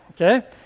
okay